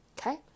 Okay